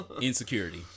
Insecurity